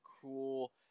cool